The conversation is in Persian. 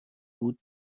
بود